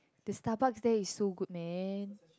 the Starbucks there is so good man